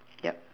ya